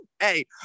hey